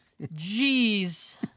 Jeez